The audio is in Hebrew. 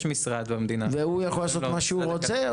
יש משרד במדינה --- והוא יכול לעשות מה שהוא רוצה?